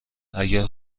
اگر